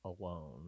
alone